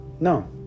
No